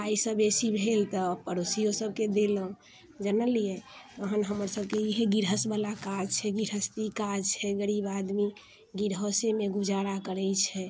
पाइसँ बेसियो भेल तऽ पड़ोसियो सभकेँ देलहुँ जनलियै तहन हमर सभकेँ इहे गृहस्थ बला काज छै गृहस्थी काज छै गरीब आदमी गिरहसेमे गुजारा करैत छै